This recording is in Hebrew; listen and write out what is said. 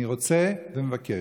אני רוצה ומבקש,